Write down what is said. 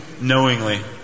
knowingly